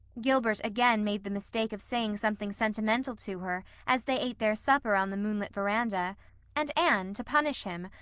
gilbert again made the mistake of saying something sentimental to her as they ate their supper on the moonlit verandah and anne, to punish him,